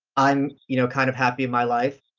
i'm you know kind of happy in my life.